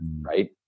right